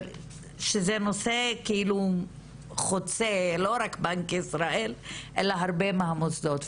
שזה נושא כאילו חוצה לא רק בנק ישראל אלא הרבה מהמוסדות.